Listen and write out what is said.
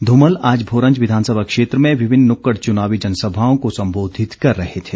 धूमल आज भोरंज विधानसभा क्षेत्र में विभिन्न नुक्कड़ चुनावी जनसभाओं को संबोधित कर रहे थे